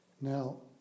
Now